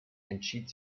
entschied